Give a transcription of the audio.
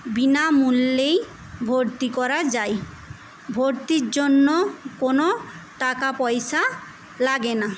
বিনামূল্যেই ভর্তি করা যায় ভর্তির জন্য কোন টাকা পয়সা লাগে না